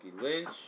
Lynch